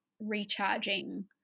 recharging